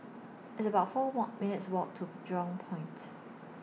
It's about four Walk minutes' Walk to Jurong Point